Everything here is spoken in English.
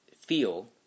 feel